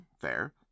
fair